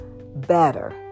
better